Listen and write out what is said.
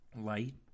Light